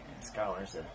Scholar's